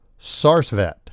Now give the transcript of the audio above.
Sarsvet